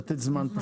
פשוט כדי לתת זמן.